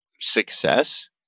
success